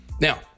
Now